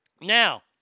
Now